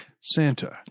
Santa